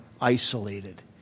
isolated